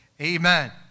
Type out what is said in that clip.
Amen